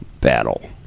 battle